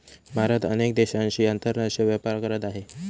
भारत अनेक देशांशी आंतरराष्ट्रीय व्यापार करत आहे